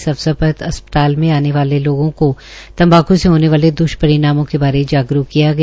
इस अवसर पर अस्पताल में आने वालों लोगों को तम्बाक़ से होने वाले द्रष्परिणामों के बारे जागरूक किया गया